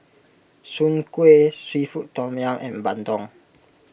Soon Kway Seafood Tom Yum and Bandung